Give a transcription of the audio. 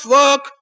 work